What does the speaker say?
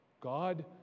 God